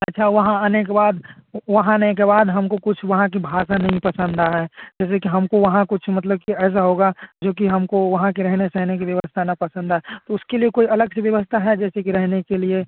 अच्छा वहाँ आने के बाद वहाँ आने के बाद हमको कुछ वहाँ की भाषा नहीं पसंद आ रहा है जैसे कि हमको वहाँ कुछ मतलब कि ऐसा होगा जो कि हमको वहाँ के रहने सहने की व्यवस्था ना पसंद आए तो उसके लिए कोई अलग से व्यवस्था है जैसे कि रहने के लिए